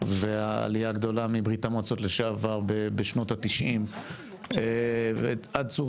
והעלייה הגדולה מברה"מ לשעבר בשנות ה-90 עד צור